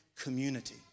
community